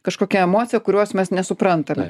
kažkokią emociją kurios mes nesuprantame